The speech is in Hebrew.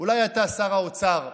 שר האוצר,